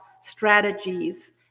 strategies